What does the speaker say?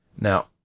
Now